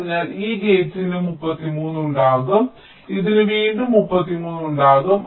അതിനാൽ ഈ ഗേറ്റിന് 33 ഉണ്ടാകും ഇതിന് വീണ്ടും 33 ഉണ്ടാകും